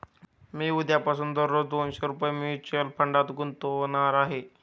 मी उद्यापासून दररोज दोनशे रुपये म्युच्युअल फंडात गुंतवणार आहे